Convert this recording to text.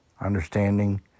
understanding